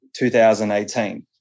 2018